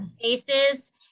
faces